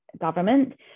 government